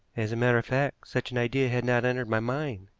as a matter of fact, such an idea had not entered my mind,